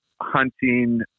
hunting